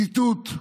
ציטוט: